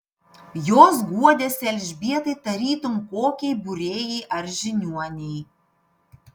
jos guodėsi elžbietai tarytum kokiai būrėjai ar žiniuonei